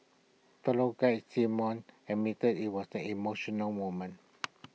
fellow guide simon admitted IT was the emotional moment